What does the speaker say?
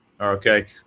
Okay